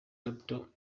capital